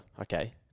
okay